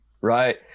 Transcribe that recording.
right